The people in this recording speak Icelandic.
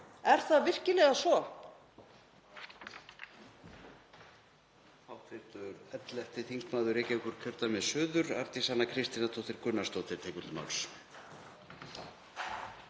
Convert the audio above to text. Er það virkilega svo?